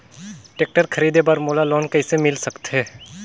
Tractor खरीदे बर मोला लोन कइसे मिल सकथे?